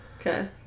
Okay